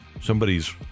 somebody's